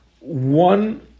one